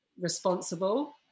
responsible